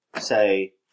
say